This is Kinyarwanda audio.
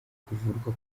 kuvurwa